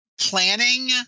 Planning